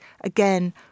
again